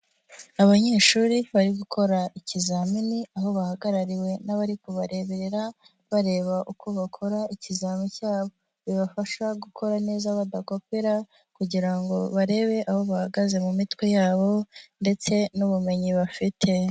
Abanyeshuri bari gukora ikizamini, aho bahagarariwe n'abari kubareberera, bareba uko bakora ikizamini cyabo. Bibafasha gukora neza badakopera kugira ngo barebe aho bahagaze mu mitwe yabo ndetse n'ubumenyi bafite.